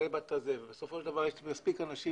בסופו של דבר יש מספיק אנשים,